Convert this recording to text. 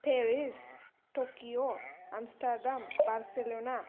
Paris Tokyo Amsterdam Barcelona